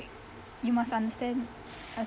you must understand